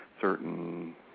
certain